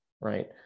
right